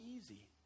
easy